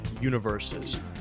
universes